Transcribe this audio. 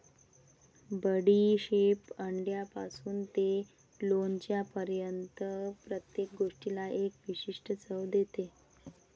बडीशेप अंड्यापासून ते लोणच्यापर्यंत प्रत्येक गोष्टीला एक विशिष्ट चव देते